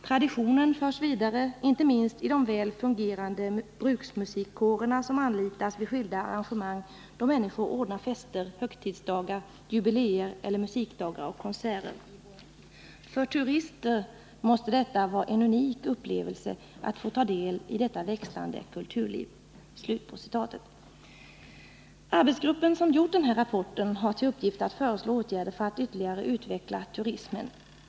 Traditioner förs vidare, inte minst i de väl fungerande bruksmusikkårerna som anlitas vid skilda arrangemang då människor ordnar fester, högtidsdagar, jubileer eller musikdagar och konserter. För turister måste det vara en unik upplevelse att få ta del i detta växlande kulturliv.” Den arbetsgrupp som har skrivit den här rapporten har till uppgift att föreslå åtgärder för att ytterligare utveckla turismen.